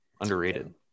underrated